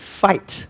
fight